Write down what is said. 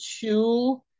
two